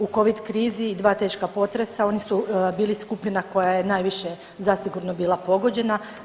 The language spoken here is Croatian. U Covid krizi i 2 teška potresa, oni su bili skupina koja je najviše zasigurno bila pogođena.